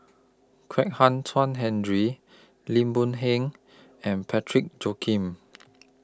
Kwek Hian Chuan Henry Lim Boon Heng and Parsick Joaquim